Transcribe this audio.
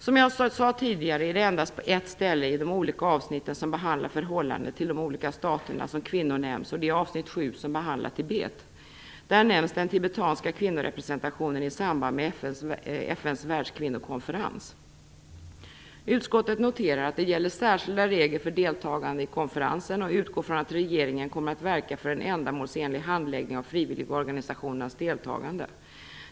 Som jag sade tidigare är det endast på ett ställe i de olika avsnitt som behandlar förhållandet till de olika staterna som kvinnor nämns, och det är i avsnitt 7, som behandlar Tibet. Där nämns den tibetanska kvinnorepresentationen i samband med FN:s världskvinnokonferens. Utskottet noterar att särskilda regler gäller för deltagande i konferensen och utgår från att regeringen kommer att verka för en ändamålsenlig handläggning av frivilligorganisationernas deltagande.